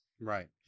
right